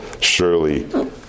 surely